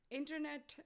internet